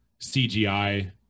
CGI